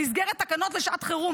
במסגרת תקנות לשעת חירום,